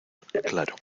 claro